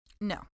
No